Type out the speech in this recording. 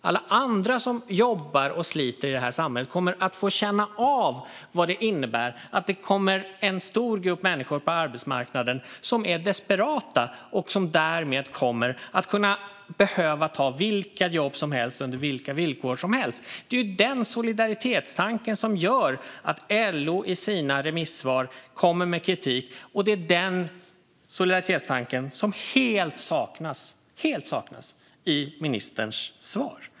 Alla andra som jobbar och sliter i det här samhället kommer att få känna av vad det innebär att det på arbetsmarknaden kommer en stor grupp människor som är desperata och som därmed kommer att kunna behöva ta vilka jobb som helst under vilka villkor som helst. Det är den solidaritetstanken som gör att LO i sina remissvar kommer med kritik, och det är den solidaritetstanken som helt saknas i ministerns svar.